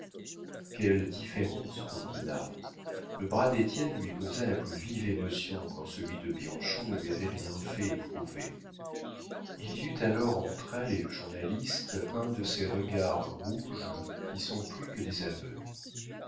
quelle différence pour dinah le bras d'étienne lui causa la plus vive émotion quand celui de bianchon ne lui avait rien fait éprouver il y eut alors entre elle et le journaliste un de ces regards rouges qui sont plus que des aveux